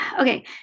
okay